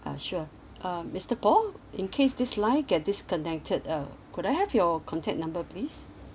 ah sure um mister paul in case this line get disconnected uh could I have your contact number please